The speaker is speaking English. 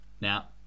Now